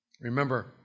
Remember